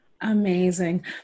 Amazing